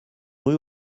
rue